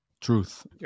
truth